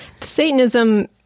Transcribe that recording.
satanism